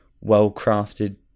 well-crafted